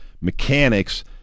mechanics